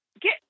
Get